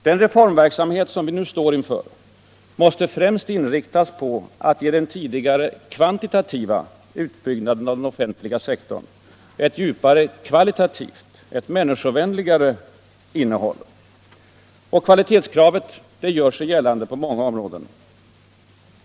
Den reformverksamhet som vi nu står inför måste främst inriktas på att ge den tidigare kvantitativa utbyggnaden av den offentliga sektorn ett djupare kvalitativt — ett människovänligare — innehåll. Kvalitetskravet gör sig gällande på många områden.